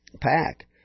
pack